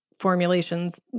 Formulations